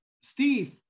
Steve